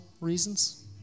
reasons